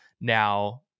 Now